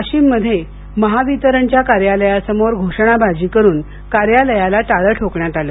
वाशिममध्ये महावितरणच्या कार्यालयासमोर घोषणाबाजी करून कार्यालयाला टाळा ठोकण्यात आलं